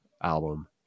album